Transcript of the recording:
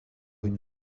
une